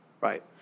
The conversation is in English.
right